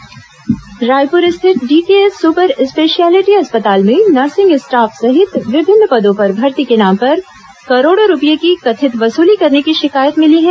DKS अस्पताल शिकायत रायपुर स्थित डीकेएस सुपर स्पेशलियिटी अस्पताल में नर्सिंग स्टाफ सहित विभिन्न पदों पर भर्ती के नाम पर करोड़ों रूपये की कथित वसूली करने की शिकायत मिली है